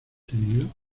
tenido